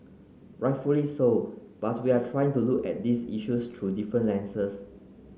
rightfully so but we are trying to look at these issues through different lenses